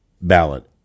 ballot